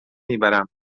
میبرم